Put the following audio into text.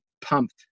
pumped